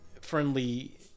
friendly